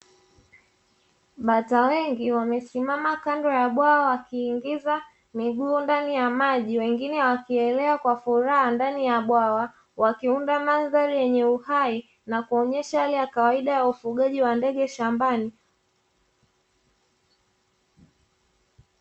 Bata wengi wamesimama kando ya bwawa wakiingiza miguu ndani ya maji, wengine wakielea kwa furaha ndani ya bwawa wakiunda mandhari yenye uhai na kuonyesha hali ya kawaida ya ufugaji wa ndege shambani.